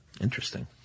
Interesting